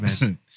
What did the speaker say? man